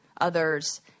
others